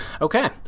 Okay